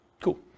Cool